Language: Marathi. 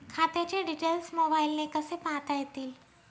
खात्याचे डिटेल्स मोबाईलने कसे पाहता येतील?